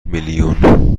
میلیون